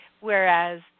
Whereas